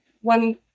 one